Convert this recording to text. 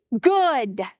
Good